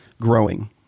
growing